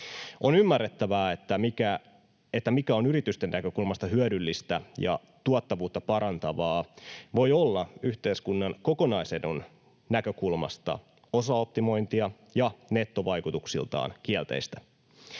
On ymmärrettävää, että se, mikä on yritysten näkökulmasta hyödyllistä ja tuottavuutta parantavaa, voi olla yhteiskunnan kokonaisedun näkökulmasta osaoptimointia ja nettovaikutuksiltaan kielteistä.